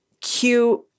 cute